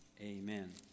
Amen